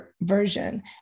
version